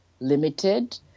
limited